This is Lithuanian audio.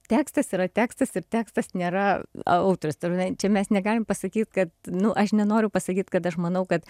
tekstas yra tekstas ir tekstas nėra autorius ta prasme mes negalim pasakyt kad nu aš nenoriu pasakyt kad aš manau kad